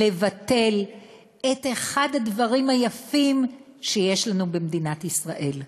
לבטל את אחד הדברים היפים שיש לנו במדינת ישראל.